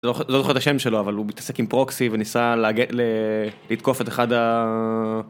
אני לא זוכר את השם שלו אבל הוא מתעסק עם פרוקסי וניסה לתקוף את אחד ה...